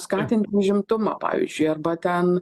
skatint užimtumą pavyzdžiui arba ten